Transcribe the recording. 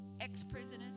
Ex-prisoners